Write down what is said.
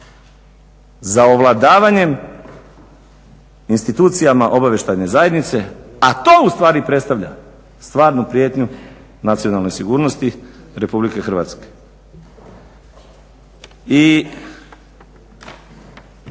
za ovladavanjem institucijama obavještajne zajednice, a to ustvari predstavlja stvarnu prijetnju nacionalnoj sigurnosti Republike Hrvatske.